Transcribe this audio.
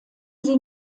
sie